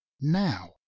Now